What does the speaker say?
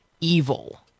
evil